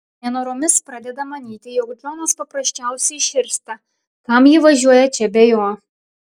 nenoromis pradeda manyti jog džonas paprasčiausiai širsta kam ji važiuoja čia be jo